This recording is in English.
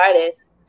artists